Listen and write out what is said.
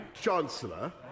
Chancellor